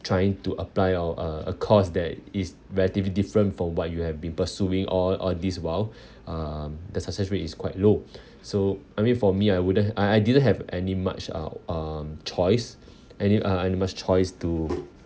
trying to apply or uh a course that is very diffe~ different from what you have been pursuing all all this while um the success rate is quite low so I mean for me I wouldn't I I didn't have any much uh um choice any uh any much choice to